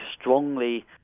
strongly